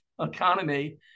economy